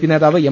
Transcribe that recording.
P നേതാവ് M